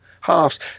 halves